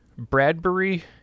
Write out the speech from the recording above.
Bradbury